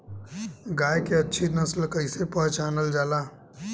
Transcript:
गाय के अच्छी नस्ल कइसे पहचानल जाला?